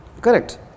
Correct